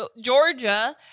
Georgia